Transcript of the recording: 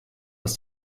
aus